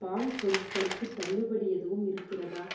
பால் பொருட்களுக்கு தள்ளுபடி எதுவும் இருக்கிறதா